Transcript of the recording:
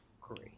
great